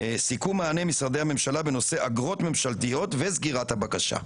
סיכום מענה משרדי הממשלה בנושא אגרות ממשלתיות וסגירת הבקשה".